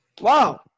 Wow